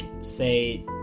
say